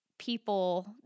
people